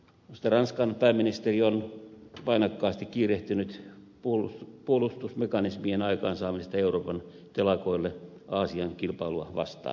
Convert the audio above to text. minusta ranskan pääministeri on painokkaasti kiirehtinyt puolustusmekanismien aikaansaamista euroopan telakoille aasian kilpailua vastaan